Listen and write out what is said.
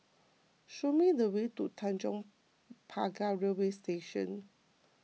show me the way to Tanjong Pagar Railway Station